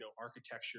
architecture